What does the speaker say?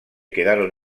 quedaron